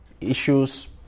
issues